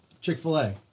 Chick-fil-A